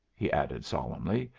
he added solemnly,